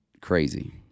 crazy